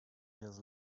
his